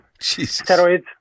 steroids